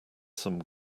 some